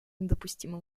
недопустимо